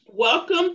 Welcome